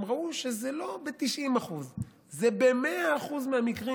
הם ראו שזה לא ב-90% זה ב-100% מהמקרים: